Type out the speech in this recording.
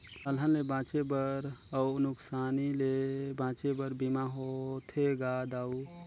अलहन ले बांचे बर अउ नुकसानी ले बांचे बर बीमा होथे गा दाऊ